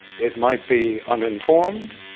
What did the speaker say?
it might be uninformed.